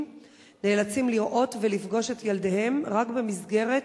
נאלצים לראות ולפגוש את ילדיהם רק במסגרת